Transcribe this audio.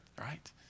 right